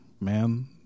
man